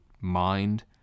mind